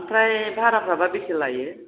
ओमफ्राय बाहाराफ्राबा बेसे लायो